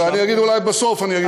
ואולי בסוף אני אגיד,